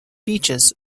beaches